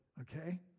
Okay